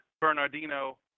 Bernardino